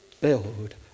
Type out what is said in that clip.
build